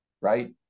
right